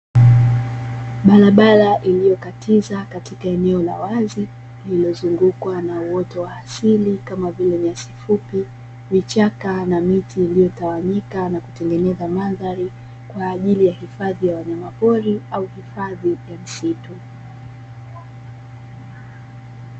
Barabara iliyokatiza katika eneo la wazi, lililozungukwa na uoto wa asili, kama vile; nyasi fupi, vichaka na miti iliyotawanyika na kutengeneza mandhari kwa ajili ya wanyamapori au hifadhi ya msitu.